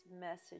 message